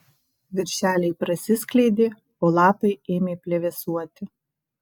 viršeliai prasiskleidė o lapai ėmė plevėsuoti